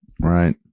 Right